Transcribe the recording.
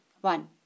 One